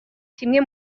kimwe